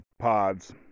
pods